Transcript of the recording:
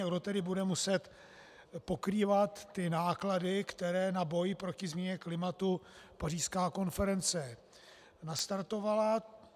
Kdo tedy bude muset pokrývat ty náklady, které na boj proti změně klimatu pařížská konference nastartovala.